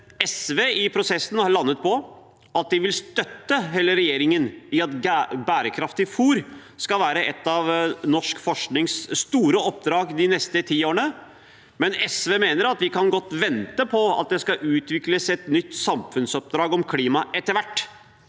SV i prosessen har landet på at de vil støtte regjeringen i at bærekraftig fôr skal være et av norsk forsknings store oppdrag de neste ti årene, men SV mener at vi godt kan vente på at det skal utvikles et nytt samfunnsoppdrag om klima etter hvert.